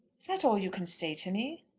is that all you can say to me?